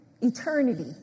eternity